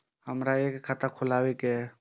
हमरा एक खाता खोलाबई के ये?